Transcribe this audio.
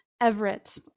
everett